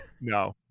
no